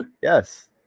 Yes